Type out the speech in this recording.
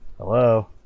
Hello